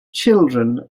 children